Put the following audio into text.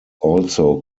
also